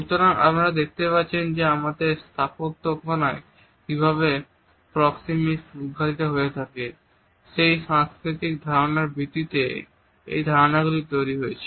সুতরাং আপনারা দেখতে পাচ্ছেন যে আমাদের স্থাপত্যনকশায় কিভাবে প্রক্সেমিকস উদ্ঘাটিত হয়ে থাকে সেই সাংস্কৃতিক ধারণার ভিত্তিতে এই ধারণা গুলি তৈরি হয়েছে